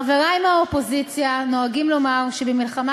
חברי מהאופוזיציה נוהגים לומר שבמלחמה